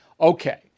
Okay